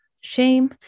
shame